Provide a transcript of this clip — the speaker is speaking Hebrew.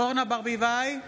אורנה ברביבאי,